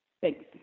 thanks